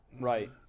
Right